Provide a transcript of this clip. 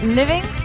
living